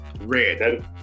red